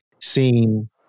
seeing